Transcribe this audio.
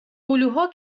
هلوها